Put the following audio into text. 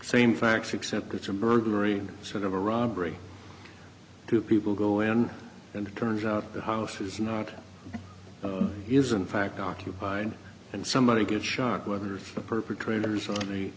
same facts accept it's a burglary sort of a robbery two people go in and it turns out the house is not is in fact occupied and somebody gets shot whether it's the perpetrators